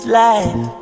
life